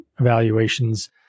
evaluations